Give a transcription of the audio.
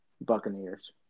Buccaneers